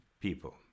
people